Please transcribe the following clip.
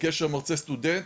בקשר מרצה סטודנט.